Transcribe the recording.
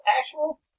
actual